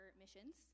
missions